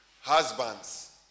husbands